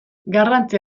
garrantzi